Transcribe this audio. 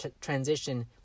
transition